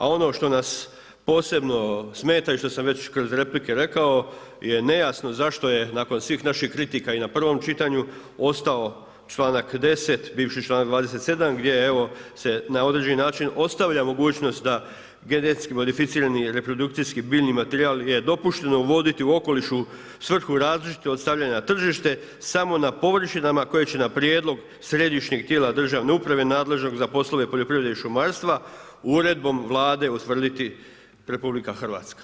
A ono što nas posebno smeta i što sam već kroz replike rekao je nejasno zašto je nakon svih naših kritika i na prvom čitanju ostao članak 10. bivši članak 27. gdje se na određeni način ostavlja mogućnost da GMO reprodukcijski biljni materijal je dopušten uvoditi u okoliš u svrhu različitog stavljanja na tržište samo na površinama koje će na prijedlog središnjeg tijela državne uprave nadležnog za poslove poljoprivrede i šumarstva uredbom Vlade utvrditi RH.